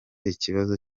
ikibazo